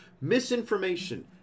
misinformation